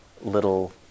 little